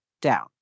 down